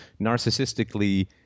narcissistically